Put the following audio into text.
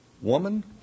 Woman